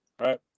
right